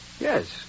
Yes